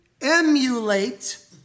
emulate